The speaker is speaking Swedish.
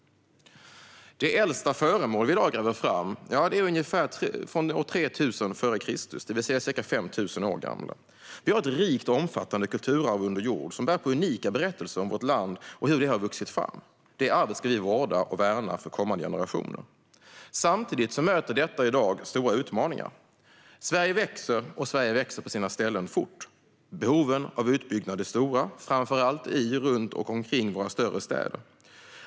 De äldsta föremål vi i dag gräver fram är daterade till ungefär år 3000 före Kristus, det vill säga ca 5 000 år gamla. Vi har ett rikt och omfattande kulturarv under jord som bär på unika berättelser om vårt land och hur det har vuxit fram. Detta arv ska vi vårda och värna för kommande generationer. Samtidigt möter detta arv i dag stora utmaningar. Sverige växer, och Sverige växer på sina ställen fort. Behoven av utbyggnad är stora, framför allt i och omkring våra större städer.